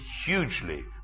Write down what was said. hugely